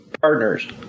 partners